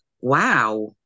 wow